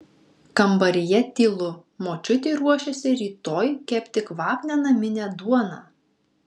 kambaryje tylu močiutė ruošiasi rytoj kepti kvapnią naminę duoną